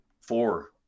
four